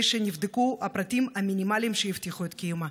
שנבדקו הפרטים המינימליים שיבטיחו את קיומה?